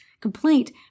complaint